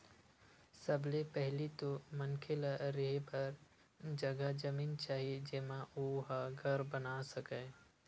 सबले पहिली तो मनखे ल रेहे बर जघा जमीन चाही जेमा ओ ह घर बना सकय